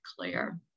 clear